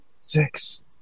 Six